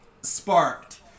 sparked